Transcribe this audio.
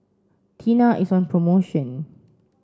Tena is on promotion